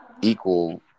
equal